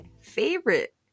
favorite